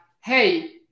hey